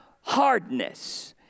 hardness